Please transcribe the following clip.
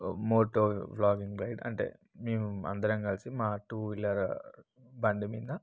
మోటోలాగిన్ ride అంటే మేము అందరం కలిసి మా టూ వీలర్ బండి మీద